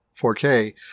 4K